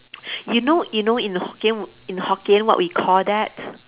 you know you know in Hokkien in Hokkien what we call that